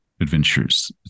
adventures